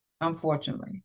Unfortunately